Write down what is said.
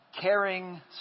Caring